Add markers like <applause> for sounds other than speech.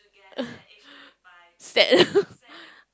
<laughs> sad <laughs>